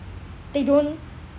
they don't